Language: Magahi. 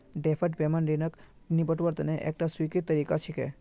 डैफर्ड पेमेंट ऋणक निपटव्वार तने एकता स्वीकृत तरीका छिके